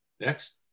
Next